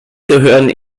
gehören